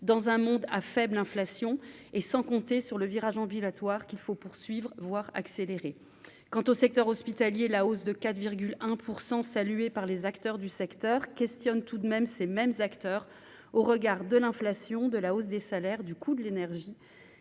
dans un monde à faible inflation et sans compter sur le virage ambulatoire qu'il faut poursuivre, voire accélérer quant au secteur hospitalier, la hausse de 4 virgule un pour 100, saluée par les acteurs du secteur questionne tout de même ces mêmes acteurs au regard de l'inflation de la hausse des salaires, du coût de l'énergie